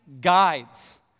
guides